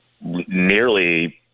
nearly